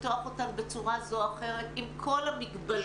לפתוח אותן בצורה זו או אחרת עם כל המגבלות,